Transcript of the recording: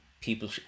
people